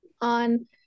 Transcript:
on